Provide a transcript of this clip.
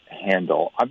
handle